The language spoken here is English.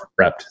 prepped